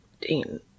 Dean